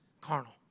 carnal